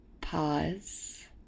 pause